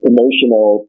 Emotional